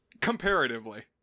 comparatively